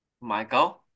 Michael